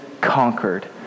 conquered